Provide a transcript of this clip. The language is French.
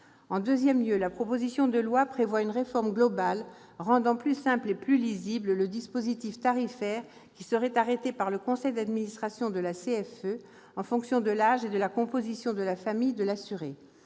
En deuxième lieu, la proposition de loi prévoit une réforme globale, rendant plus simple et plus lisible le dispositif tarifaire qui serait arrêté par le conseil d'administration de la CFE en fonction de l'âge et de la composition de la famille de l'assuré.